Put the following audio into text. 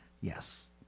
Yes